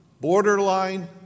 borderline